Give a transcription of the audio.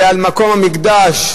ועל מקום המקדש,